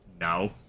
no